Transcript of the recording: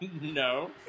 No